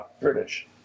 British